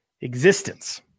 existence